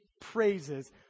praises